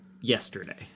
yesterday